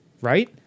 Right